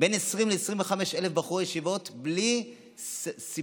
בין 20,000 ל-25,000 בחורי ישיבות בלי סימפטומים,